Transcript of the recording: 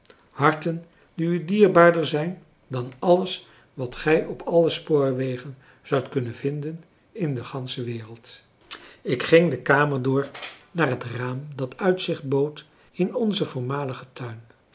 harten die u dierbaarder zijn dan alles wat gij op alle spoorwegen zoudt kunnen vinden in de gansche wereld ik ging de kamer door naar het raam dat uitzicht bood in onzen voormaligen tuin